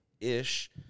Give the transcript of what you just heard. ish